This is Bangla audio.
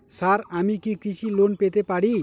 স্যার আমি কি কৃষি লোন পেতে পারি?